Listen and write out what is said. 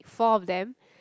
four of them